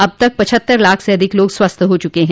अब तक पचहत्तर लाख से अधिक लोग स्वस्थ हो चुके हैं